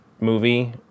movie